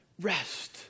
rest